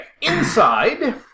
Inside